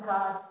God